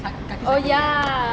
oh ya